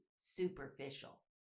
superficial